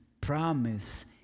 promise